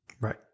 Right